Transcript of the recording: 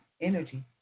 energy